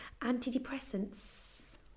Antidepressants